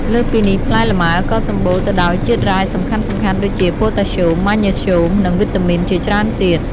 លើសពីនេះ ផ្លែលម៉ើក៏សម្បូរទៅដោយជាតិរ៉ែសំខាន់ៗដូចជា ប៉ូតាស្យូម ម៉ាញ៉េស្យូម និងវីតាមីនជាច្រើនទៀត។